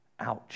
ouch